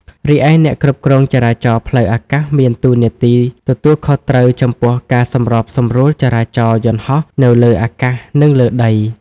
រីឯអ្នកគ្រប់គ្រងចរាចរណ៍ផ្លូវអាកាស មានតួនាទីទទួលខុសត្រូវចំពោះការសម្របសម្រួលចរាចរណ៍យន្តហោះនៅលើអាកាស និងលើដី។